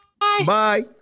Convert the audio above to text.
Bye